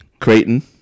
Creighton